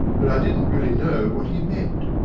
but i didn't really know what he meant.